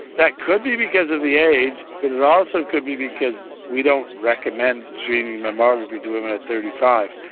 that could be because of the age, but it also could be because we don't recommend treating mammography to women at thirty five.